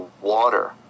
water